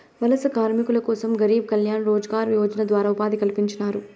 వలస కార్మికుల కోసం గరీబ్ కళ్యాణ్ రోజ్గార్ యోజన ద్వారా ఉపాధి కల్పించినారు